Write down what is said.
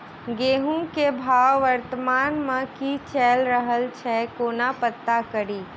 गेंहूँ केँ भाव वर्तमान मे की चैल रहल छै कोना पत्ता कड़ी?